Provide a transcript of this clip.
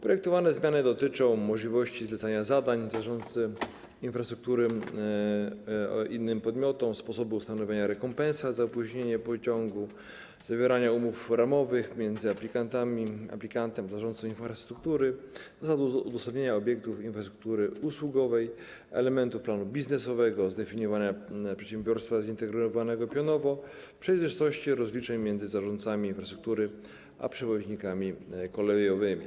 Projektowane zmiany dotyczą możliwości zlecania zadań zarządcy infrastruktury innym podmiotom, sposobu ustalania rekompensat za opóźnienie pociągu, zawierania umów ramowych między aplikantem a zarządcą infrastruktury, zasad udostępniania obiektów infrastruktury usługowej, elementów planu biznesowego, zdefiniowania przedsiębiorstwa zintegrowanego pionowo, przejrzystości rozliczeń między zarządcami infrastruktury a przewoźnikami kolejowymi.